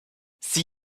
see